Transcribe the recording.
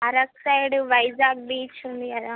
Araku side Vizag beach ఉంది కదా